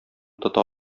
тота